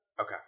okay